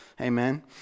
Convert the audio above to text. Amen